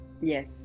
Yes